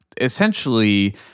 essentially